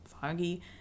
foggy